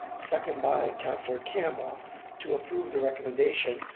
seconded by councilor campbell to approve the recommendation.